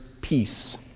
peace